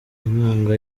inkunga